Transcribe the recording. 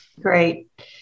Great